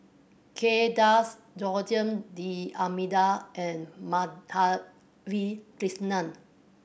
Kay Das Joaquim D'Almeida and Madhavi Krishnan